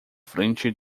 frente